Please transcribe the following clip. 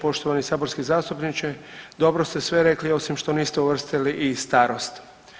Poštovani saborski zastupniče dobro ste sve rekli osim što niste uvrstili i starost.